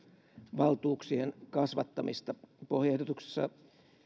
valtuuksien kasvattamista pohjaehdotuksessa